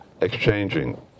exchanging